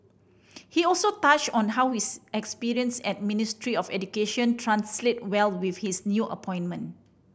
he also touched on how his experience at Ministry of Education translate well with his new appointment